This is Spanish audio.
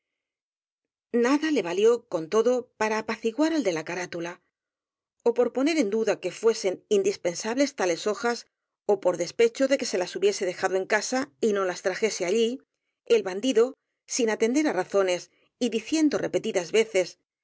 nada le valió con todo para apaciguar al de la carátula ó por poner en duda que fuesen indis pensables tales hojas ó por despecho de que se las hubiese dejado en casa y no las trajese allí el bandido sin atender á razones y diciendo repeti das veces